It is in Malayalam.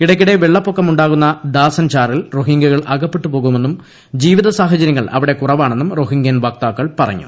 ഇടയ്ക്കിടെ വെള്ളപൊക്കമു വാകുന്ന ദാസൻ ചാറിൽ റോഹിംഗൃകൾ അകപ്പെട്ടു പോകുമെന്നും ജീവിത സാഹചര്യങ്ങൾ അവിടെ കുറവാണെന്നും റോഹിംഗ്യൻ വക്താക്കൾ പറഞ്ഞു